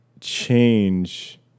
change